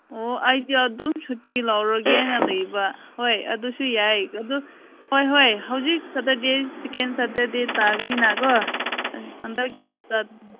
ꯑꯣ ꯑꯩꯗꯤ ꯑꯗꯨꯝ ꯁꯨꯇꯤ ꯂꯧꯔꯒꯦꯅ ꯂꯩꯕ ꯍꯣꯏ ꯑꯗꯨꯁꯨ ꯌꯥꯏ ꯑꯗꯨ ꯍꯣꯏ ꯍꯣꯏ ꯍꯧꯖꯤꯛ ꯁꯇꯔꯗꯦ ꯁꯦꯀꯦꯟ ꯁꯇꯔꯗꯦ ꯇꯥꯒꯅꯤꯅꯀꯣ ꯑꯦ ꯍꯟꯗꯛꯀꯤ ꯍꯞꯇꯥ